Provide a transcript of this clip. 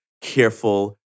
careful